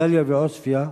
דאליה ועוספיא,